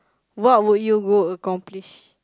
what would you go accomplish